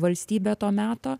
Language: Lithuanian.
valstybe to meto